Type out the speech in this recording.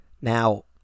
Now